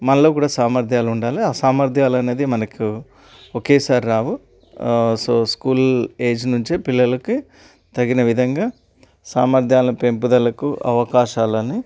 మనలో కూడా సామర్థ్యాలుండాలి ఆ సామర్ధ్యాలు అనేది మనకు ఒకేసారి రావు సో స్కూల్ ఏజ్ నుంచే పిల్లలకి తగిన విధంగా సామర్థ్యాల పెంపుదలకు అవకాశాలని